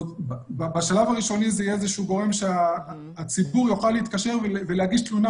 בשלב הראשוני זה יהיה גורם שהציבור יוכל להתקשר ולהגיש תלונה